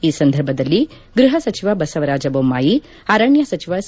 ಈ ಸಂದರ್ಭದಲ್ಲಿ ಗೃಹ ಸಚಿವ ಬಸವರಾಜ ಬೊಮ್ಮಾಯಿ ಅರಣ್ಯ ಸಚಿವ ಸಿ